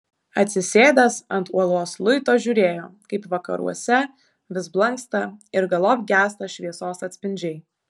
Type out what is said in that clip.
atsisėdęs ant uolos luito žiūrėjo kaip vakaruose vis blanksta ir galop gęsta šviesos atspindžiai